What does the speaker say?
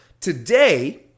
today